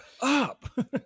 up